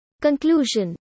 Conclusion